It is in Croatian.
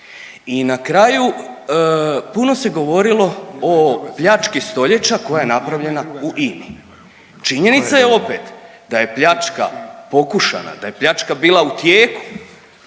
I na kraju, puno se govorilo o pljački stoljeća koja je napravljena u INA-i. Činjenica je opet da je pljačka pokušana, da je pljačka bila u tijeku,